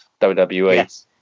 WWE